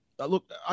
look